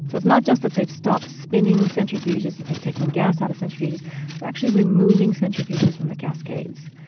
so it's not just that they've stopped spinning centrifuges, that they've taken gas out of centrifuges they're actually removing centrifuges from the cascades.